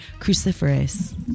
cruciferous